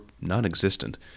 non-existent